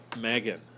Megan